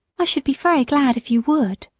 i should be very glad if you would.